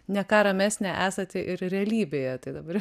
ne ką ramesnė esate ir realybėje tai dabar